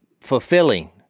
fulfilling